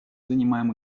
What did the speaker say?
занимаем